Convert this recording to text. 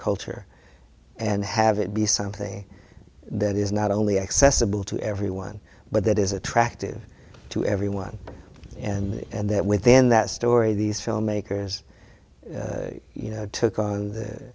culture and have it be something that is not only accessible to everyone but that is attractive to everyone and that within that story these filmmakers you know took on